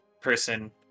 person